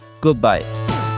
Goodbye